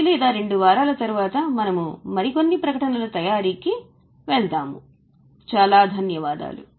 ఒకటి లేదా రెండు వారాల తరువాత మనము మరికొన్ని ప్రకటనలు తయారీకి వెళ్తాము చాలా ధన్యవాదాలు